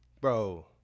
bro